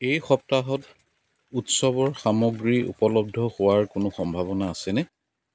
এই সপ্তাহত উৎসৱৰ সামগ্ৰী উপলব্ধ হোৱাৰ কোনো সম্ভাৱনা আছেনে